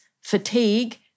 fatigue